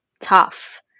tough